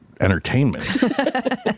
entertainment